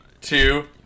two